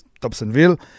Thompsonville